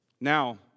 Now